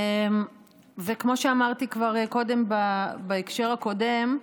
כמו שאמרתי כבר קודם בהקשר הקודם,